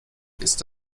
ist